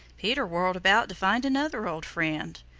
peter whirled about to find another old friend.